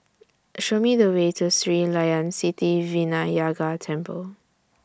Show Me The Way to Sri Layan Sithi Vinayagar Temple